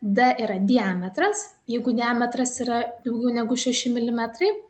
dė yra diametras jeigu diametras yra daugiau negu šeši milimetrai